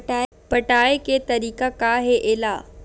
पटाय के तरीका का हे एला?